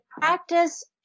practice